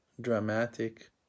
dramatic